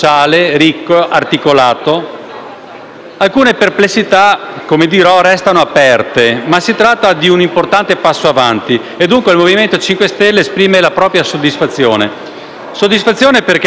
Alcune perplessità - come dirò - restano aperte, ma si tratta di un importante passo avanti e dunque il Movimento 5 Stelle esprime la propria soddisfazione, anche perché alcune delle nostre proposte sono state accolte.